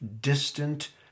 distant